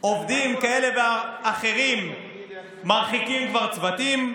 כשעובדים כאלה ואחרים מרחיקים כבר צוותים.